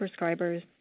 prescribers